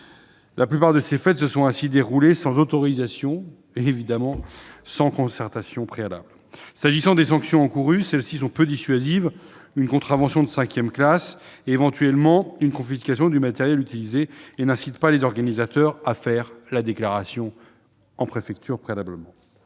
La plupart de ces fêtes se sont donc déroulées sans autorisation ni, évidemment, concertation préalable. Les sanctions encourues sont peu dissuasives- une contravention de cinquième classe et, éventuellement, la confiscation du matériel utilisé -et n'incitent pas les organisateurs à faire une déclaration en préfecture.